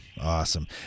awesome